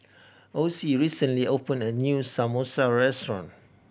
Ocie recently opened a new Samosa restaurant